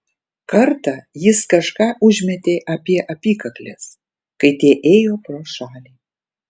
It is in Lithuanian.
kartą jis kažką užmetė apie apykakles kai tie ėjo pro šalį